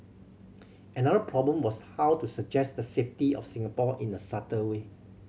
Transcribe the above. another problem was how to suggest the safety of Singapore in a subtle way